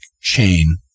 chain